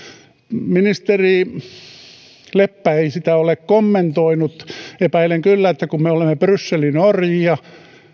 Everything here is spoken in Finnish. ministeri leppä ei sitä ole kommentoinut epäilen kyllä että kun me olemme brysselin orjia